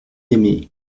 aimé